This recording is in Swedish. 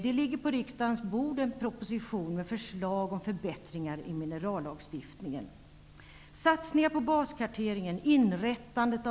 Det ligger på riksdagens bord en proposition med förslag till förbättringar i minerallagstiftningen.